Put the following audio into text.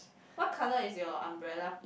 what colour is your umbrella